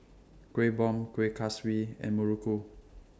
Kueh Bom Kueh Kaswi and Muruku